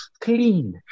Clean